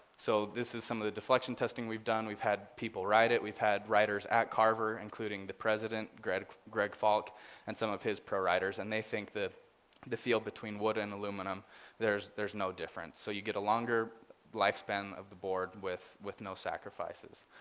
so this is some of the deflection testing we've done. we've had people ride it. we've had riders at carver including the president greg greg folk and some of his pro riders, and they think that the field between wood and aluminum there's there's no difference. so you get a longer lifespan of the board with with no sacrifices.